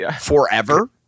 forever